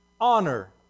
honor